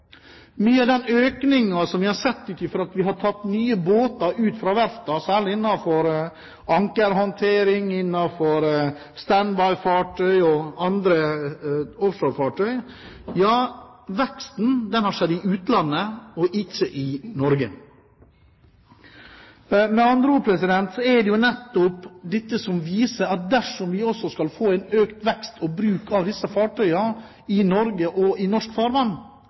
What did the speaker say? Mye av den økningen vi har sett ved at vi har tatt nye båter ut fra verftene, særlig innenfor ankerhåndtering, innenfor stand by-fartøy og andre offshorefartøy, har skjedd i utlandet og ikke i Norge. Med andre ord er det nettopp dette som viser at dersom vi også skal få en økt vekst og bruk av disse fartøyene i Norge og i norsk farvann,